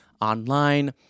online